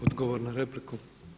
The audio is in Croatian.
Odgovor na repliku.